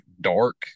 dark